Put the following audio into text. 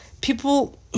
people